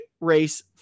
race